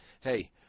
hey